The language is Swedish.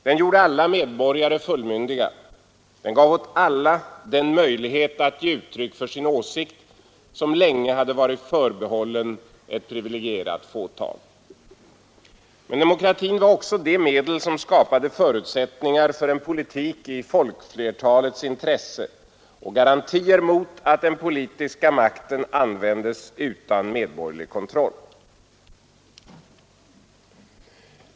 Den gjorde alla medborgare fullmyndiga, och den gav åt alla den möjlighet att ge uttryck för sin åsikt som länge var förbehållen ett privilegierat fåtal. Men demokratin var också det medel som skapade förutsättningar för en politik i folkfler talets intresse och garantier mot att den politiska makten användes utan medborgerlig kontroll.